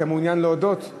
אתה מעוניין להודות?